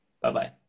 Bye-bye